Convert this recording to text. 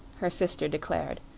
her sister declared.